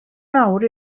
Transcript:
mawr